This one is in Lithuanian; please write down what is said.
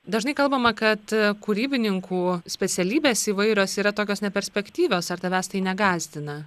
dažnai kalbama kad kūrybininkų specialybės įvairios yra tokios neperspektyvios ar tavęs tai negąsdina